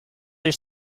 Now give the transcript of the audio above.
your